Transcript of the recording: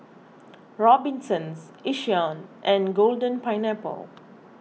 Robinsons Yishion and Golden Pineapple